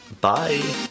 Bye